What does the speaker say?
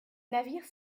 navire